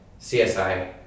CSI